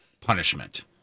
punishment